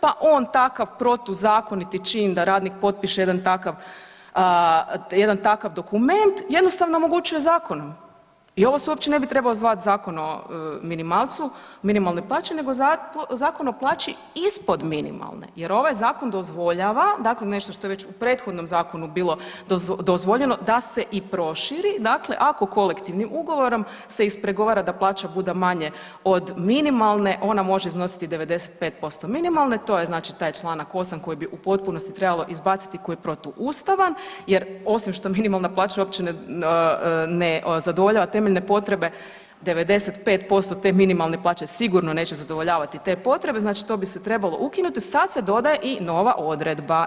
Pa on takav protuzakoniti čin da radnik potpiše jedan takav, jedan takav dokument jednostavno omogućuje zakonom i ovo se uopće ne bi trebao zvat Zakon o minimalcu, minimalnoj plaći nego Zakon o plaći ispod minimalne jer ovaj zakon dozvoljava, dakle nešto što je već u prethodnom zakonu bilo dozvoljeno da se i proširi dakle ako kolektivnim ugovorom se ispregovara da plaća bude manja od minimalne, ona može iznositi 95% minimalne, to je znači taj čl. 8. koji bi u potpunosti trebalo izbaciti, koji je protuustavan jer osim što minimalna plaća uopće ne zadovoljava temeljne potrebe 95% te minimalne plaće, sigurno neće zadovoljavati te potrebe, znači to bi se trebalo ukinuti, sad se dodaje i nova odredba.